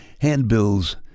handbills